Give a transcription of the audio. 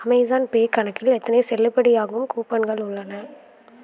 Amazon pay கணக்கில் எத்தனை செல்லுபடியாகும் கூப்பன்கள் உள்ளன